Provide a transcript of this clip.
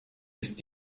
ist